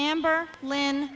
amber lynn